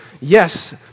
yes